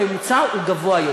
הממוצע הוא גבוה יותר.